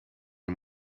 een